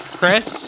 Chris